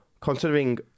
considering